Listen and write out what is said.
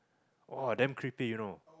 ah then creepy you know